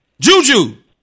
Juju